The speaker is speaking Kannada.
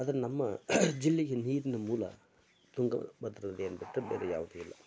ಆದರೆ ನಮ್ಮ ಜಿಲ್ಲೆಯ ನೀರಿನ ಮೂಲ ತುಂಗಭದ್ರಾ ನದಿ ಅದು ಬಿಟ್ರೆ ಬೇರೆ ಯಾವುದೂ ಇಲ್ಲ